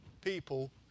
people